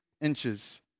inches